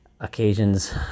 occasions